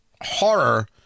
horror